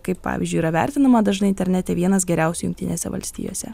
kaip pavyzdžiui yra vertinama dažnai internete vienas geriausių jungtinėse valstijose